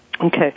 Okay